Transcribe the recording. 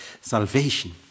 Salvation